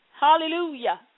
Hallelujah